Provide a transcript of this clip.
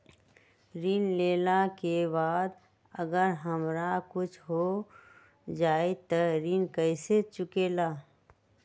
ऋण लेला के बाद अगर हमरा कुछ हो जाइ त ऋण कैसे चुकेला?